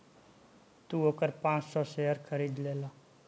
तू ओकर पाँच सौ शेयर खरीद लेला